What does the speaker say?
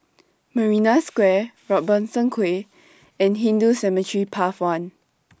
Marina Square Robertson Quay and Hindu Cemetery Path one